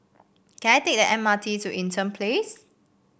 can I take the M R T to Eaton Place